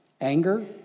Anger